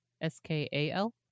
S-K-A-L